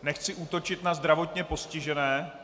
Nechci útočit na zdravotně postižené.